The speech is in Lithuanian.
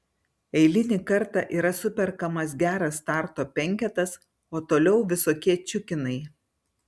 eilinį kartą yra superkamas geras starto penketas o toliau visokie čiukinai